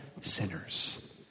sinners